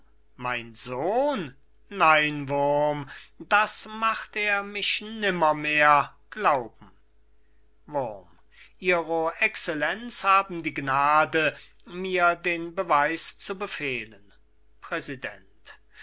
mein sohn nein wurm das macht er mich nimmermehr glauben wurm ihro excellenz haben die gnade mir den beweis zu befehlen präsident